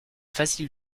facile